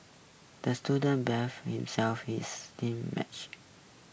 the student beefed himself his team match